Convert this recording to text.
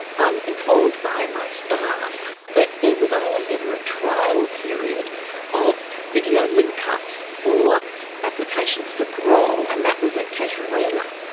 i'm informed by my staff that there was only ever a trial period of video link-ups for applications for parole, and that was at casuarina.